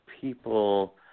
people